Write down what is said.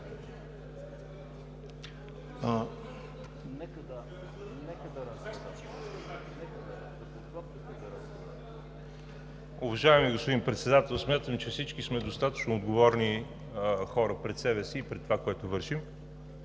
Уважаеми господин Председател, смятам, че всички сме достатъчно отговорни хора, пред себе си и пред това, което вършим.